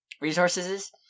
Resources